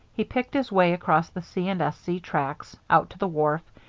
he picked his way across the c. and s. c. tracks, out to the wharf,